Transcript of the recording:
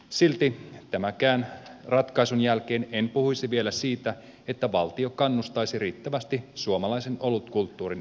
silti tämänkään ratkaisun jälkeen en puhuisi vielä siitä että valtio kannustaa riittävästi suomalaisen olutkulttuurin kehittämistä